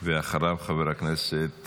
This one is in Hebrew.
אחריו, חבר הכנסת